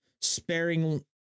sparing